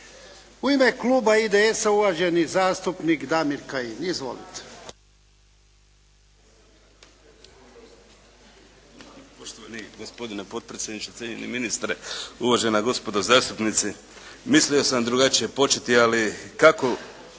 U ime kluba IDS-a uvaženi zastupnik Damir Kajin. Izvolite. **Kajin, Damir (IDS)** Poštovani gospodine potpredsjedniče, cijenjeni ministre, uvažena gospodo zastupnici. Mislio sam drugačije početi, ali kako